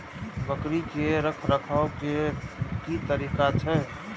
बकरी के रखरखाव के कि तरीका छै?